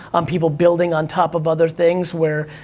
um people building on top of other things where,